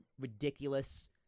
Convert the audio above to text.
ridiculous